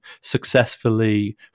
successfully